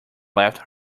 left